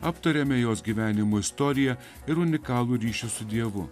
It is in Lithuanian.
aptariame jos gyvenimo istoriją ir unikalų ryšį su dievu